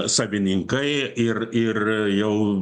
savininkai ir ir jau